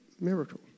miracle